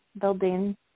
building